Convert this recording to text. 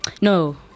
No